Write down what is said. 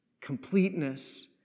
completeness